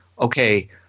okay